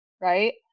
Right